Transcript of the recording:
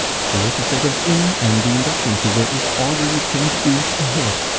thirty seconds in and the induction cooker is already ten degrees ahead.